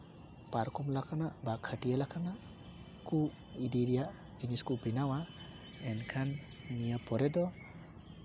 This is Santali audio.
ᱯᱟᱨᱠᱚᱢ ᱞᱮᱠᱟᱱᱟᱜ ᱵᱟ ᱠᱷᱟᱹᱴᱭᱟᱹ ᱞᱮᱠᱟᱱᱟᱜ ᱠᱚ ᱤᱫᱤᱨᱮᱭᱟᱜ ᱡᱤᱱᱤᱥ ᱠᱚ ᱵᱮᱱᱟᱣᱟ ᱮᱱᱠᱷᱟᱱ ᱱᱤᱭᱟᱹ ᱯᱚᱨᱮ ᱫᱚ